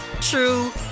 true